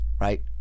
right